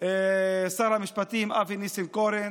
שר המשפטים אבי ניסנקורן.